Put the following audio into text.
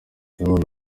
nanone